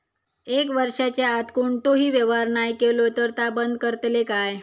एक वर्षाच्या आत कोणतोही व्यवहार नाय केलो तर ता बंद करतले काय?